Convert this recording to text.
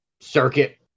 circuit